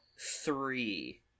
three